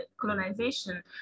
colonization